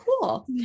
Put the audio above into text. cool